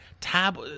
Tab